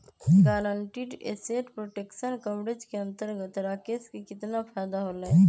Guaranteed asset protection coverage के अंतर्गत राकेश के कितना फायदा होलय?